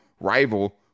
rival